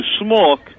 smoke